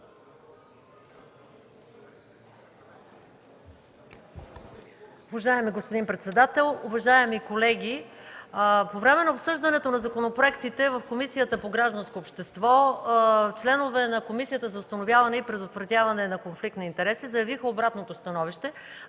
господин председател, уважаеми колеги! По време на обсъждането на законопроектите в Комисията по гражданско общество членовете на Комисията по предотвратяване и установяване на конфликт на интереси заявиха обратното становище,